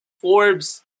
Forbes